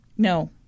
No